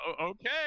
Okay